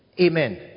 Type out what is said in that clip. Amen